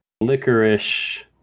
licorice